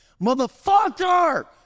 Motherfucker